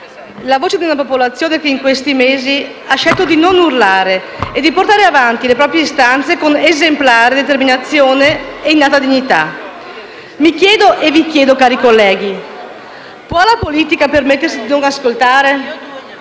la voce di una popolazione che in questi mesi ha scelto di non urlare e di portare avanti le proprie istanze con esemplare determinazione e innata dignità. Mi chiedo e vi chiedo, cari colleghi, può la politica permettersi di non ascoltare?